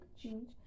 change